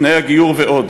תנאי הגיור ועוד,